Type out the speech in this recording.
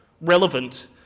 relevant